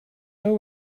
know